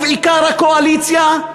ובעיקר הקואליציה,